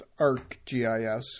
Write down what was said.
ArcGIS